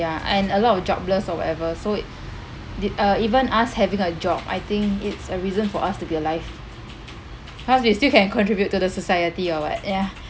ya and a lot of jobless or whatever so it did uh even us having a job I think it's a reason for us to be alive cause we still can contribute to the society or what ya